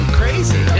crazy